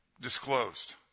disclosed